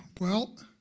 well,